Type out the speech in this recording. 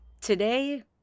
today